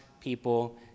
people